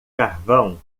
carvão